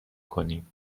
کنیم